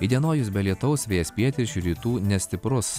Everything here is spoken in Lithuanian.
įdienojus be lietaus vėjas pietryčių rytų nestiprus